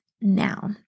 now